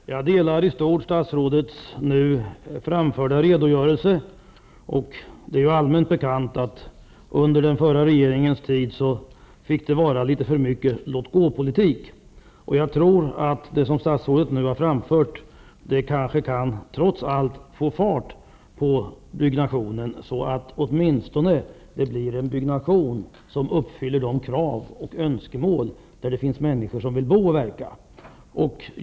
Fru talman! Jag delar i stort statsrådets nu framförda redogörelse. Det är allmänt bekant att det under den förra regeringens tid fick vara litet för mycket av låt-gå-politik. Jag tror att det statsrådet nu har framfört trots allt kan göra att det blir fart på byggandet, att det i alla fall blir byggande som uppfyller kraven och önskemålen från människorna som vill bo och verka i nybyggda områden.